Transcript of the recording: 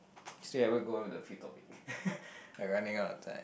we still haven't go on with the free topic we're running out of time